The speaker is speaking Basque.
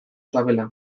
sabela